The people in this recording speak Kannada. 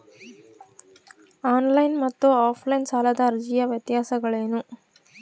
ಆನ್ ಲೈನ್ ಮತ್ತು ಆಫ್ ಲೈನ್ ಸಾಲದ ಅರ್ಜಿಯ ವ್ಯತ್ಯಾಸಗಳೇನು?